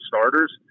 starters